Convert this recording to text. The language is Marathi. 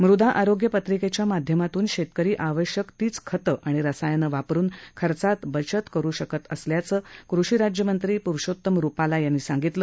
मुदा आरोग्य पत्रिकेच्या माध्यमातून शेतकरी आवश्यक तीच खतं आणि रसायनं वापरून खर्चात बचत करू शकत असल्याचं कृषी राज्य मंत्री प्रुषोत्तम रुपाला यांनी सांगितलं